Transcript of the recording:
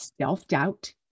self-doubt